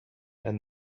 and